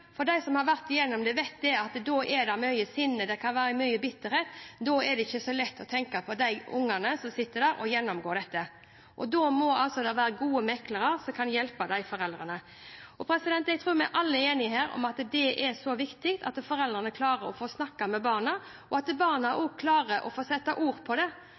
er mye sinne, og det kan være mye bitterhet. Da er det ikke så lett å tenke på ungene som sitter der, og som må gjennomgå dette. Da må det være gode meklere, som kan hjelpe foreldrene. Jeg tror vi alle enige om at det er viktig at foreldrene klarer å få snakket med barna, og at barna også klarer å sette ord på det.